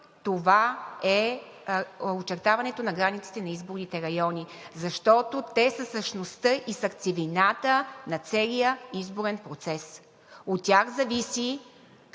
това е очертаването на границите на изборните райони, защото те са същността и сърцевината на целия изборен процес. От тях зависи